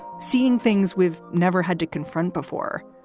seeing things we've never had to confront before.